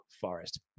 Forest